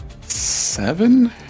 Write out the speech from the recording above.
seven